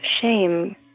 shame